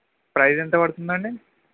price ఎంత పడుతుందండి